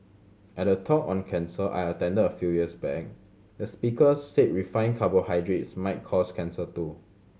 at a talk on cancer I attended a few years back the speaker said refined carbohydrates might cause cancer too